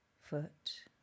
foot